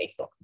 Facebook